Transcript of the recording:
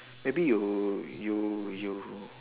maybe you you you